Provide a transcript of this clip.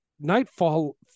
Nightfall